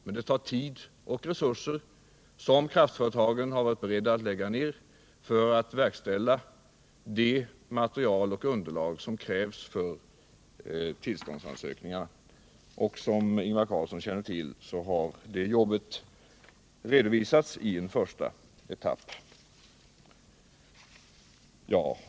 Men det tar tid och resurser, som kraftföretagen varit beredda att lägga ned, för att åstadkomma det material och underlag som krävs för tillståndsansökningarna. Och som Ingvar Carlsson känner till har det arbetet redovisats i en första etapp.